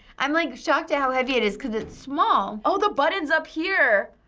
i'm like shocked at how heavy it is, cause it's small. oh, the button's up here.